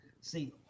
See